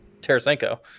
Tarasenko